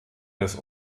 des